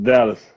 Dallas